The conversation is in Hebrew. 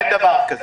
אין דבר כזה.